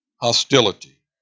hostility